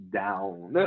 down